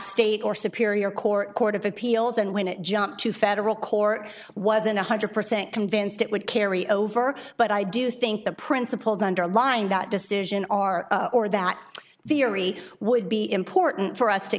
state or superior court court of appeals and when it jumped to federal court wasn't one hundred percent convinced it would carry over but i do think the principles underlying that decision are or that theory would be important for us to